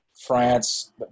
France